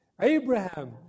Abraham